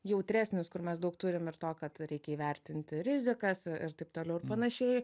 jautresnis kur mes daug turim ir to kad reikia įvertinti rizikas ir taip toliau ir panašiai